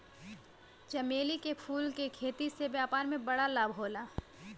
चमेली के फूल के खेती से व्यापार में बड़ा लाभ होला